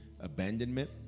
abandonment